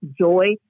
joy